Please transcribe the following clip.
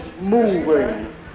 moving